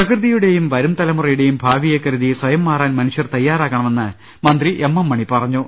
പ്രകൃതിയുടെയും വരുംതലമുറയുടെയും ഭാവിയെ കരുതി സ്വയം മാറാൻ മനുഷ്യർ തയ്യാറാകണമെന്ന് മന്ത്രി എം എം മണി പറഞ്ഞു